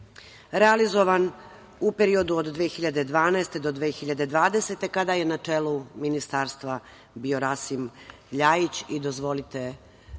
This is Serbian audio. realizovan u periodu od 2012. do 2020. godine, kada je na čelu Ministarstva bio Rasim Ljajić. Dozvolite